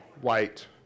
White